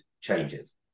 changes